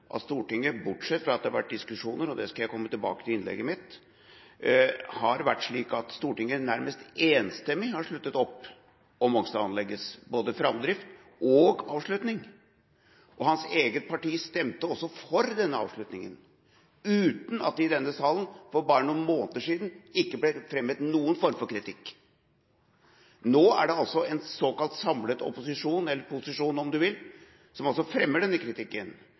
at Stortinget – bortsett fra at det har vært diskusjoner, det skal jeg komme tilbake til i mitt innlegg – nærmest enstemmig har sluttet opp om Mongstad-anleggets framdrift og avslutning. Hans eget parti stemte også for denne avslutningen, uten at det i denne salen for bare noen måneder siden ikke ble fremmet noen form for kritikk. Nå er det altså en såkalt samlet opposisjon – eller posisjon, om man vil – som fremmer denne kritikken.